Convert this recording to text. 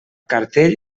cartell